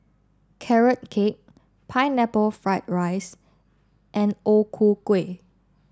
Carrot Cake Pineapple Fried Rice and O Ku Kueh